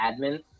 admin